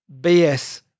BS